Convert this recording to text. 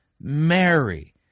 Mary